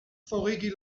forigi